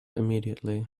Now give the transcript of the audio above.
immediately